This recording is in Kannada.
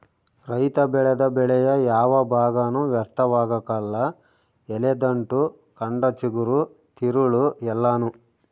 ರೈತ ಬೆಳೆದ ಬೆಳೆಯ ಯಾವ ಭಾಗನೂ ವ್ಯರ್ಥವಾಗಕಲ್ಲ ಎಲೆ ದಂಟು ಕಂಡ ಚಿಗುರು ತಿರುಳು ಎಲ್ಲಾನೂ